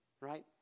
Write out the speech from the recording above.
right